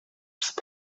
wrth